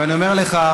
ואני אומר לך,